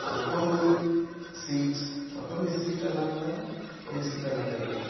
Makumi sita, makumi sita na lilala, makumi sita na gaviri,